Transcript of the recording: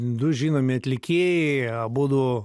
du žinomi atlikėjai abudu